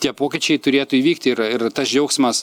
tie pokyčiai turėtų įvykti ir ir tas džiaugsmas